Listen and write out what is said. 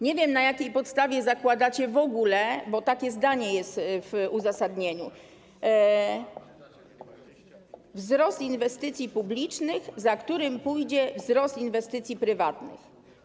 Nie wiem, na jakiej podstawie zakładacie, bo takie zdanie jest w uzasadnieniu, wzrost inwestycji publicznych, za którym pójdzie wzrost inwestycji prywatnych.